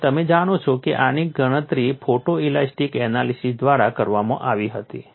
અને તમે જાણો છો કે આની ગણતરી ફોટોઇલાસ્ટિક એનાલિસીસ દ્વારા કરવામાં આવી હતી